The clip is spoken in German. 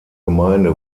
gemeinde